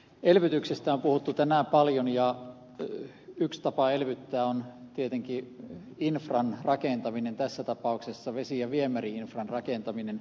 elvytyksestä on puhuttu tänään paljon ja yksi tapa elvyttää on tietenkin infran rakentaminen tässä tapauksessa vesi ja viemäri infran rakentaminen